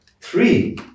Three